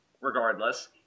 regardless